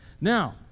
Now